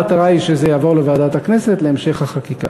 המטרה היא שזה יעבור לוועדת הכנסת להמשך החקיקה.